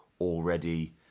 already